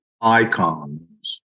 icons